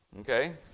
Okay